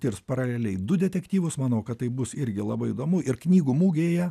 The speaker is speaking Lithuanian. tirs paraleliai du detektyvus manau kad tai bus irgi labai įdomu ir knygų mugėje